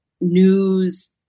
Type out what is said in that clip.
news